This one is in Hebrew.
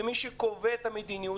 ומי שקובע את המדיניות,